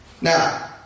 Now